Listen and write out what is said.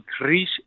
reach